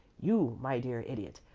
you, my dear idiot,